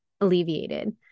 alleviated